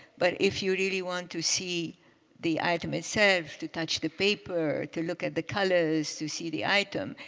but if you really want to see the item itself, to touch the paper, to look at the colors, to see the item,